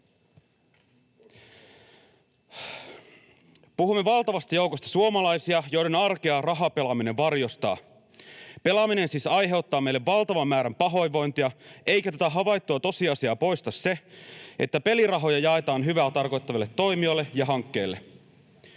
puhumme valtavasta joukosta suomalaisia, joiden arkea rahapelaaminen varjostaa. Pelaaminen siis aiheuttaa meille valtavan määrän pahoinvointia, eikä tätä havaittua tosiasiaa poista se, että pelirahoja jaetaan hyvää tarkoittaville toimijoille ja hankkeille.